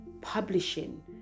publishing